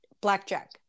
blackjack